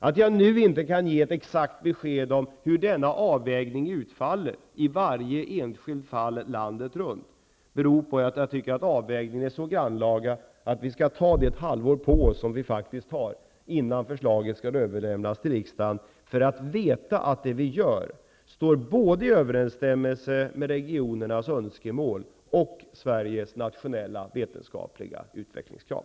Att jag inte nu kan ge ett exakt besked om hur denna avvägning utfaller vid varje enskilt fall landet runt beror på att denna avvägning är så grannlaga att vi skall ta det halvår på oss som vi har innan förslaget skall överlämnas till riksdagen. Detta för att vi skall veta att det vi gör står i överensstämmelse både med regionernas önskemål och med Sveriges nationella vetenskapliga utvecklingskrav.